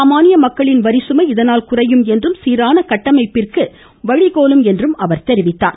சாமானிய மக்களின் வரிசுமை இதனால் குறையும் என்றும் சீரான கட்டமைப்பிற்கு வழி கோலும் என்றும் தெரிவித்துள்ளார்